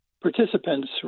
participants